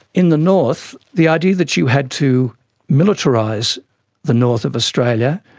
in the north, the idea that you had to militarise the north of australia,